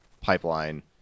pipeline